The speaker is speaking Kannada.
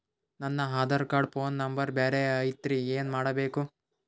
ನನ ಆಧಾರ ಕಾರ್ಡ್ ಫೋನ ನಂಬರ್ ಬ್ಯಾರೆ ಐತ್ರಿ ಏನ ಮಾಡಬೇಕು?